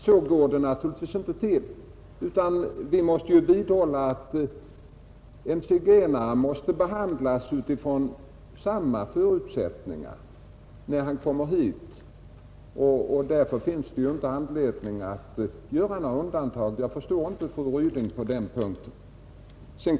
Så går det naturligtvis inte till, utan vi måste vidhålla att en zigenare måste behandlas utifrån samma förutsättningar som andra när han kommer hit, och därför finns det inte anledning att göra några undantag. Jag förstår inte fru Ryding på den punkten.